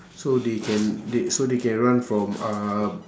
so they can they so they can run from uh